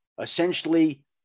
essentially